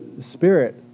Spirit